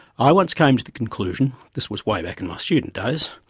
i once came to the conclusion, this was way back in my student days,